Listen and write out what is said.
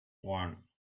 one